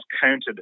counted